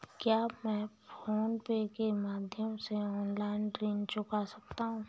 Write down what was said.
क्या मैं PhonePe के माध्यम से ऑनलाइन ऋण चुका सकता हूँ?